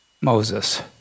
Moses